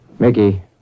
Mickey